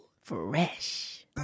Fresh